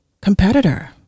competitor